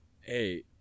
Hey